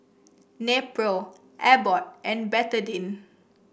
Nepro Abbott and Betadine